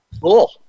Cool